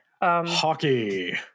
hockey